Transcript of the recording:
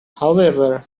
however